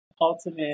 ultimate